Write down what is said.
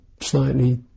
slightly